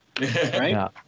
Right